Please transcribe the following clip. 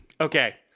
okay